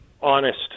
honest